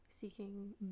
seeking